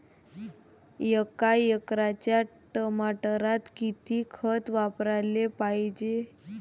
एका एकराच्या टमाटरात किती खत वापराले पायजे?